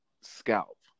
scalp